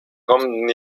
kommenden